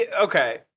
okay